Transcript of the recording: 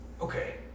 Okay